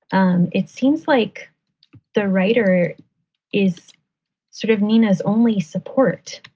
um it seems like the writer is sort of nina's only support.